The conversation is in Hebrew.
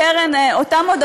חבר הכנסת אורן חזן.